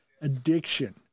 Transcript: addiction